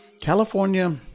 California